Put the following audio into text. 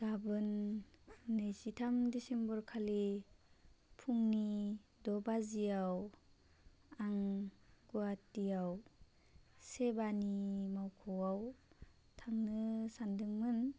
गाबोन नैजिथाम दिसेम्बरखालि फुंनि द' बाजियाव आं गुवाहाटियाव सेबानि मावख'आव थांनो सान्दोंमोन